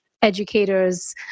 educators